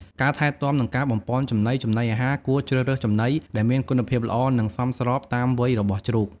ការថែទាំនិងការបំប៉នចំណី ចំណីអាហារ គួរជ្រើសរើសចំណីដែលមានគុណភាពល្អ និងសមស្របតាមវ័យរបស់ជ្រូក។